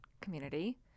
community